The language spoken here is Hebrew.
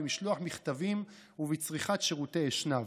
במשלוח מכתבים ובצריכת שירותי אשנב.